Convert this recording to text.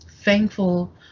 thankful